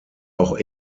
auch